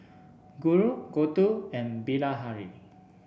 Guru Gouthu and Bilahari